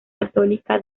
católica